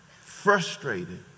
frustrated